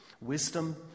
Wisdom